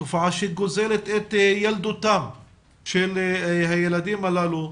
תופעה שגוזלת את ילדותם של הילדים הללו.